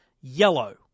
yellow